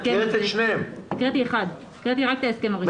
כן, הקראתי אחד, רק את ההסכם הראשון.